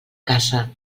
casa